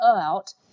out